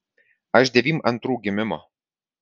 aš devym antrų gimimo